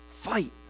Fight